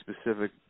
specific